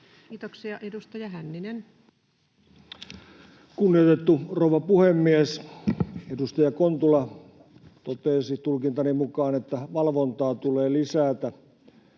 Time: 16:42 Content: Kunnioitettu rouva puhemies! Edustaja Kontula totesi tulkintani mukaan, että valvontaa tulee lisätä.